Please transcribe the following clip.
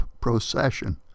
procession